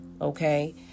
okay